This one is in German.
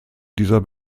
dieser